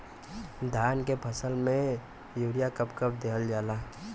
धान के फसल में यूरिया कब कब दहल जाला?